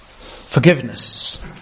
Forgiveness